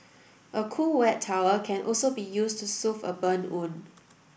a cool wet towel can also be used to soothe a burn wound